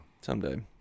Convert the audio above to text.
someday